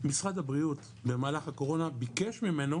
משרד הבריאות במהלך הקורונה ביקש ממנו